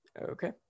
Okay